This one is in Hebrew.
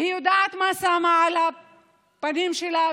והיא יודעת מה היא שמה על הפנים שלה,